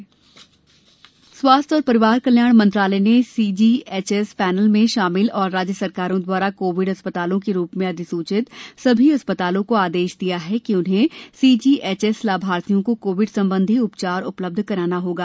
CGHS panel स्वास्थ्य और परिवार कल्याण मंत्रालय ने सीजीएचएस पैनल में शामिल और राज्य सरकारों द्वारा कोविड अस्पतालों के रूप में अधिसूचित सभी अस्पतालों को आदेश दिया है कि उन्हें सीजीएचएस लाभार्थियों को कोविड संबंधी उपचार उपलब्ध कराना होगा